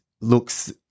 looks